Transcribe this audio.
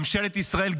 ממשלת ישראל,